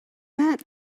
that